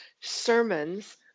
sermons